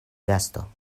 gasto